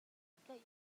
tlaih